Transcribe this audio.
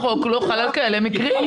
אבל החוק לא חל על כאלה מקרים.